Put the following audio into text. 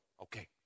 Okay